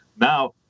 Now